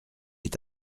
est